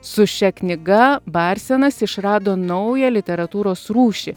su šia knyga barsenas išrado naują literatūros rūšį